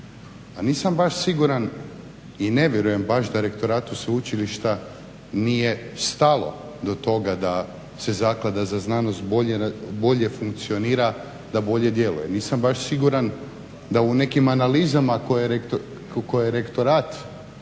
A nisam baš siguran i ne vjerujem baš da rektoratu sveučilišta nije stalo do toga da se Zaklada za znanost da bolje funkcionira da bolje djeluje, nisam baš siguran da u nekim analizama koje rektorat